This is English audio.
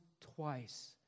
twice